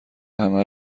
همه